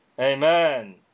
amen